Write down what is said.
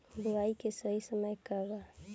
बुआई के सही समय का वा?